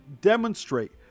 demonstrate